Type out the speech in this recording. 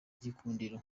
gikundiro